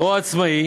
או עצמאי